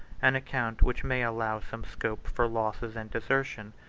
an account which may allow some scope for losses and desertion,